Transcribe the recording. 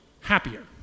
happier